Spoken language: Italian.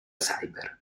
cyber